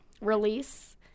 release